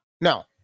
no